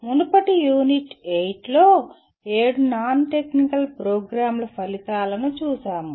మనం మునుపటి యూనిట్ 8లో ఏడు నాన్ టెక్నికల్ ప్రోగ్రామ్ ల ఫలితాలను చూశాము